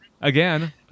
again